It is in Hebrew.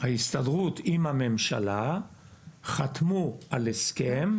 ההסתדרות עם הממשלה חתמו על הסכם.